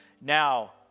Now